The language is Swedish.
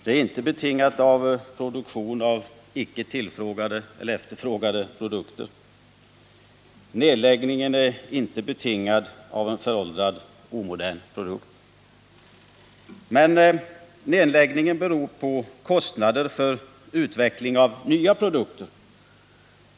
Det är inte betingat av produktion av icke efterfrågade produkter. Nedläggningen är icke betingad av en föråldrad. omodern produkt. Men nedläggningen beror på kostnader för utveckling av nya produkter.